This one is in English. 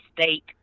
state